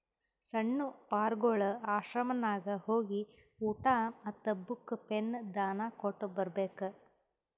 ಸಣ್ಣು ಪಾರ್ಗೊಳ್ ಆಶ್ರಮನಾಗ್ ಹೋಗಿ ಊಟಾ ಮತ್ತ ಬುಕ್, ಪೆನ್ ದಾನಾ ಕೊಟ್ಟ್ ಬರ್ಬೇಕ್